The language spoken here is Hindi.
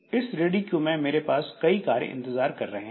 इस रेडी क्यू में मेरे पास कई कार्य इंतजार कर रहे हैं